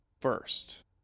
first